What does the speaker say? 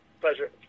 Pleasure